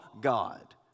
God